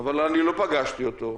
אבל לא פגשתי אותו.